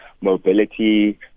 mobility